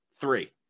three